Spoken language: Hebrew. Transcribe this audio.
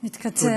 מתקצר.